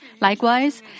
Likewise